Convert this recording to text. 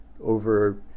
over